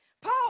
Paul